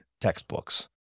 textbooks